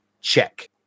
check